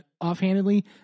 offhandedly